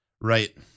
Right